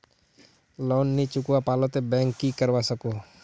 Loan नी चुकवा पालो ते बैंक की करवा सकोहो?